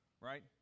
right